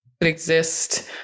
exist